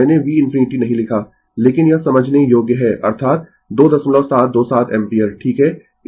मैंने v ∞ नहीं लिखा लेकिन यह समझने योग्य है अर्थात 2727 एम्पीयर ठीक है